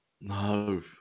No